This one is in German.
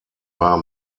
war